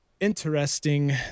Interesting